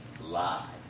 lie